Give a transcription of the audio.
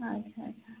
ଆଛା ଆଛା